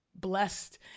blessed